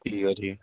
ਠੀਕ ਆ ਜੀ